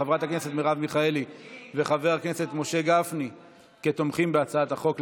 חברת הכנסת מרב מיכאלי וחבר הכנסת משה גפני תומכים בהצעת החוק,